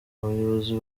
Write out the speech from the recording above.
abayobozi